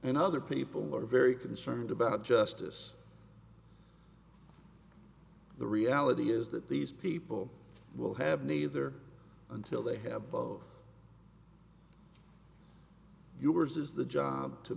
and other people are very concerned about justice the reality is that these people will have neither until they have both you or does the job to